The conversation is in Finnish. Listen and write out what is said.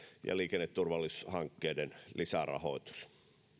ja liikenneturvallisuushankkeiden lisärahoitus